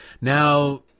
Now